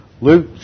Luke